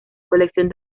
colección